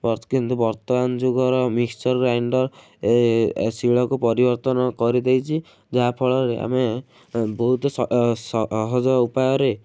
ବର୍ତ୍ତ କିନ୍ତୁ ବର୍ତ୍ତମାନ ଯୁଗର ମିକଶ୍ଚର ଗ୍ରାଇଣ୍ଡର ଶିଳକୁ ପରିବର୍ତ୍ତନ କରିଦେଇଛି ଯାହା ଫଳରେ ଆମେ ବହୁତ ସଅ ସଅ ସହଜ ଉପାୟରେ